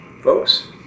folks